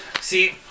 See